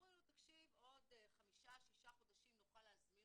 ואומרים לו: עוד חמישה-שישה חודשים נוכל להזמין